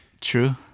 True